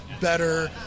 better